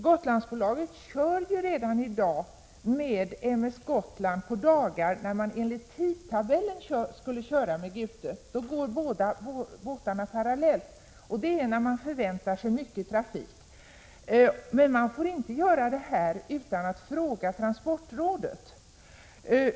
Gotlandsbolaget kör redan i dag med M/S Gotland på dagar när man enligt tidtabellen skulle köra med Gute; när man väntar sig många resande går båda båtarna parallellt. Men man får inte företa sådana förändringar utan att fråga transportrådet.